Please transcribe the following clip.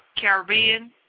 Caribbean